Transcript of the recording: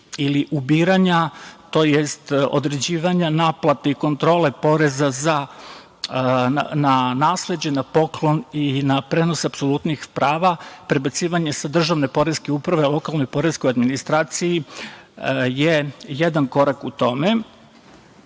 ili ubiranja, tj. određivanja naplate i kontrole poreza na nasleđe, na poklon i na prenos apsolutnih prava, prebacivanje sa državne poreske uprave lokalnoj poreskoj administraciji je jedan korak u tome,